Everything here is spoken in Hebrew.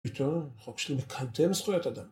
פתאום, חוק שמקדם זכויות אדם.